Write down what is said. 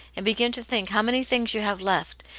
and begin to think how many things you have left,